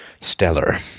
stellar